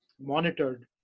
monitored